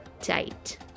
tight